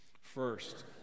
first